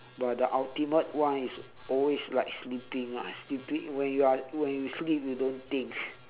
but the ultimate one is always like sleeping ah sleeping when you are when you sleep you don't think